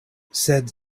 sed